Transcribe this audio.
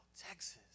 Texas